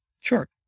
Sure